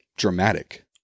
dramatic